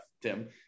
Tim